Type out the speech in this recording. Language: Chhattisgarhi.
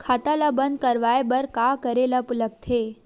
खाता ला बंद करवाय बार का करे ला लगथे?